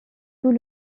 tout